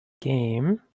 game